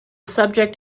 subject